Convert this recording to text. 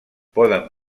poden